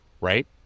right